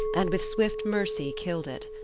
and with swift mercy killed it.